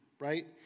right